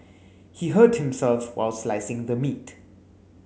he hurt himself while slicing the meat